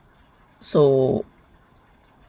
so